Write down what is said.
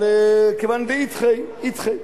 אבל כיוון דאידחי, אידחי.